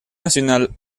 nacional